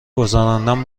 گذراندن